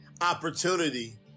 opportunity